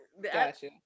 Gotcha